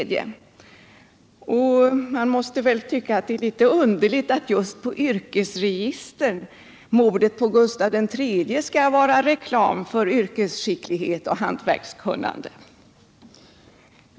Det måste väl förefalla litet underligt att just när det gäller yrkesregistret mordet på Gustav III skall vara reklam för yrkesskicklighet och hantverkskunnande.